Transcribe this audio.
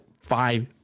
five